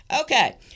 Okay